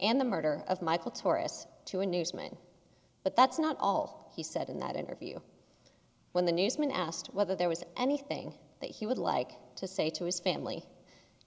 the murder of michael tourists to a newsman but that's not all he said in that interview when the newsman asked whether there was anything that he would like to say to his family